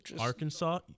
Arkansas